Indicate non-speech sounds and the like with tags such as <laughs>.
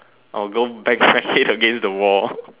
I'll go bang my head against the wall <laughs>